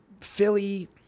philly